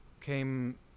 came